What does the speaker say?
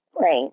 Right